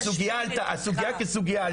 הסוגיה כסוגיה עלתה.